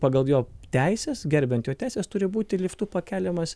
pagal jo teises gerbiant jo teises turi būti liftu pakeliamas